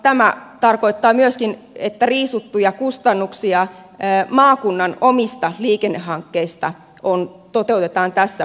tämä tarkoittaa myöskin että maakunnan omia liikennehankkeita toteutetaan tässä budjettikirjassa riisutuin kustannuksin